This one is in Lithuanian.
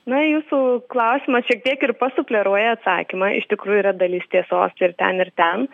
na jūsų klausimas šiek tiek ir pasufleruoja atsakymą iš tikrųjų yra dalis tiesos ir ten ir ten